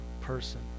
person